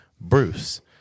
Bruce